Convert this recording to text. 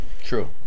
True